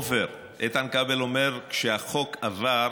עפר, איתן כבל אמר כשהחוק עבר,